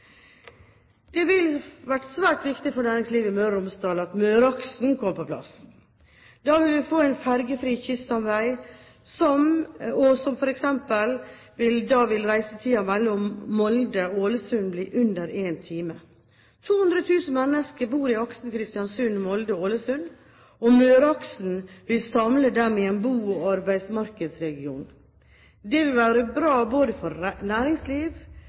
Det ville vært svært viktig for næringslivet i Møre og Romsdal at Møreaksen kom på plass. Da vil vi få en fergefri kyststamvei, og da vil reisetiden mellom Molde og Ålesund bli under én time. 200 000 mennesker bor i aksen Kristiansund–Molde–Ålesund, og Møreaksen vil samle dem i en bo- og arbeidsmarkedsregion. Det vil være bra for næringsliv,